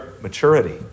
maturity